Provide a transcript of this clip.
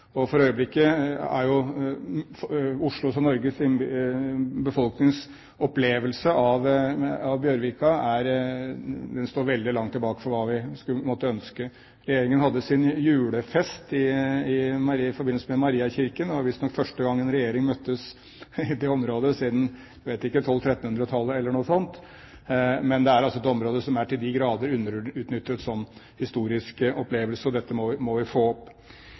måtte ønske. Regjeringen hadde sin julefest i forbindelse med Mariakirken, og det var visstnok første gang en regjering møttes i det området siden 1200–1300-tallet eller noe sånt. Men det er altså et område som er til de grader underutnyttet som historisk opplevelse – og dette må vi få. Jeg kan ikke nå ta stilling til de to spørsmålene som direkte ble brakt opp,